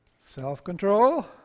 self-control